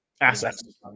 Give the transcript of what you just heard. assets